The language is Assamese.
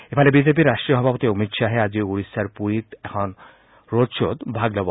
ইফালে বিজেপিৰ ৰাষ্ট্ৰীয় সভাপতি অমিত খাহে আজি ওড়িশাৰ পুৰীত এখন ৰড খ্বত ভাগ ল'ব